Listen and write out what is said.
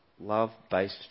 love-based